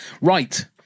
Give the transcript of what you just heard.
Right